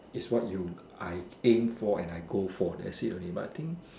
is what you I aim for and I go for that's it only but I think